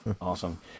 Awesome